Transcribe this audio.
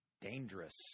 dangerous